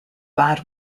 bad